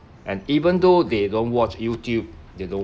and even though they don't watch YouTube they don't